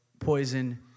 poison